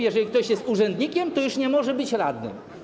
Jeżeli ktoś jest urzędnikiem, to już nie może być radnym?